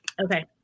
Okay